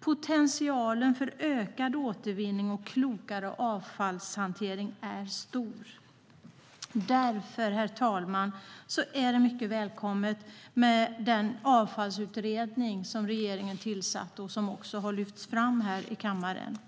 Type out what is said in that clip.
Potentialen för ökad återvinning och klokare avfallshantering är stor. Därför, herr talman, är det mycket välkommet med den avfallsutredning som regeringen tillsatt och som också har lyfts fram här i kammaren.